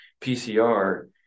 PCR